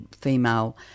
female